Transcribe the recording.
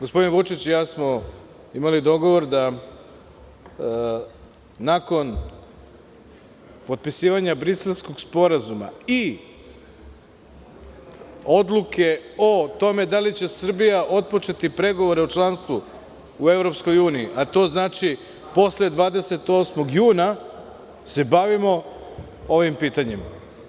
Gospodin Vučić i ja smo imalo dogovor da nakon potpisivanja Briselskog sporazuma i odluke o tome da li će Srbija otpočeti pregovore o članstvu u EU, a to znači posle 28. juna se bavimo ovim pitanjima.